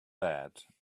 bad